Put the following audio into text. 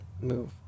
move